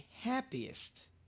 happiest